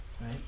right